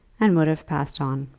and would have passed on.